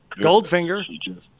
Goldfinger